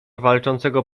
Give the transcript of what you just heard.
walczącego